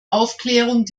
aufklärung